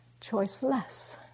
choiceless